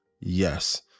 Yes